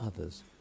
others